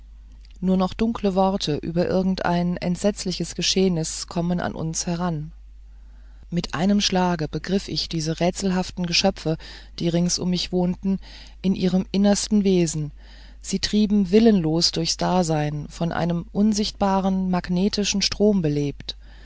nur noch dunkle worte über irgendein entsetzliches geschehnis kommen an uns heran mit einem schlage begriff ich diese rätselhaften geschöpfe die rings um mich wohnten in ihrem innersten wesen sie treiben willenlos durchs dasein von einem unsichtbaren magnetischen strom belebt